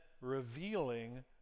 revealing